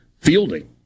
fielding